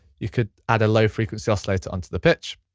you could add a low frequency oscillator onto the pitch.